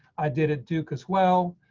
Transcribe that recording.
i did it do, because, well,